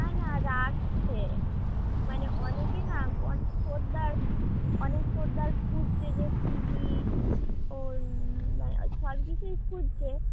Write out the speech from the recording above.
না না রাখছে মানে অনেকে না অনেক খদ্দের অনেক খদ্দের খুঁজছে যে টি ভি মানে ওই সব কিছুই খুঁজছে